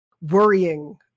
worrying